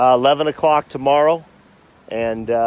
ah eleven o'clock tomorrow and